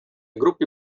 grupi